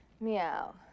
Meow